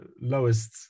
lowest